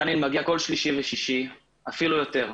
דניאל מגיע כל שלישי ושישי, אפילו יותר.